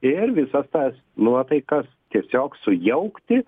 ir visas tas nuotaikas tiesiog sujaukti